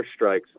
airstrikes